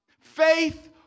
Faith